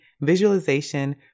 visualization